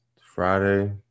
Friday